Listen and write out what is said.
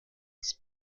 das